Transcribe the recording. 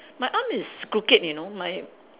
my arm is crooked you know my